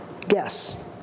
guess